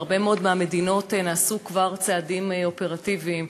בהרבה מאוד מהמדינות נעשו כבר צעדים אופרטיביים,